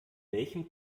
welchem